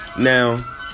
Now